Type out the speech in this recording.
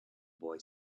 boy